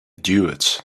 duets